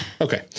okay